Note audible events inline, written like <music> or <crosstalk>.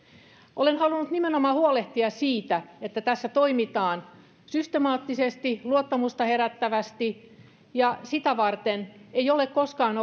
olen halunnut nimenomaan huolehtia siitä että tässä toimitaan systemaattisesti ja luottamusta herättävästi ja sitä varten ei ole koskaan <unintelligible>